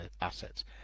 assets